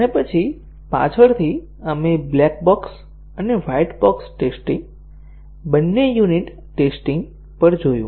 અને પછી પાછળથી આપણે બ્લેક બોક્સ અને વ્હાઇટ બોક્સ ટેસ્ટીંગ બંને યુનિટ ટેસ્ટીંગ પર જોયું